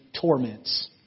torments